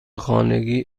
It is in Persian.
خانگی